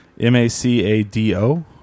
M-A-C-A-D-O